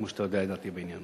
כמו שאתה יודע את דעתי בעניין.